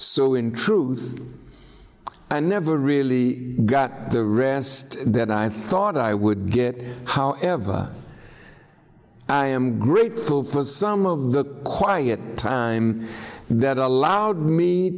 so in truth i never really got the rest that i thought i would get however i am grateful for some of that quiet time that allowed me